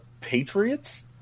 Patriots